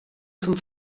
zum